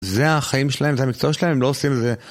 זה החיים שלהם, זה המקצוע שלהם, הם לא עושים את זה.